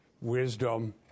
wisdom